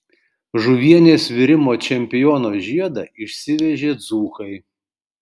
žuvienės virimo čempiono žiedą išsivežė dzūkai